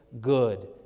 good